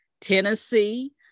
Tennessee